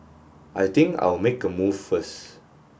I think I'll make a move first